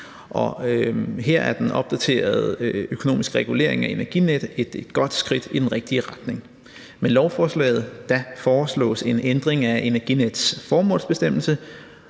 Her er den opdaterede økonomiske regulering af Energinet et godt skridt i den rigtige retning. Med lovforslaget foreslås en ændring af Energinets formålsbestemmelse,